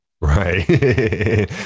right